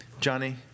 Johnny